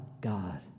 God